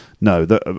No